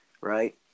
Right